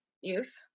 youth